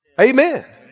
Amen